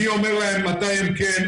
מי אומר להם מתי הם כן,